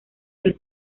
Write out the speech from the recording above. del